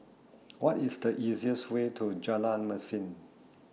What IS The easiest Way to Jalan Mesin